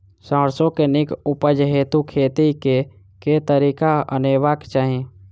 सैरसो केँ नीक उपज हेतु खेती केँ केँ तरीका अपनेबाक चाहि?